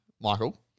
Michael